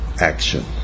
action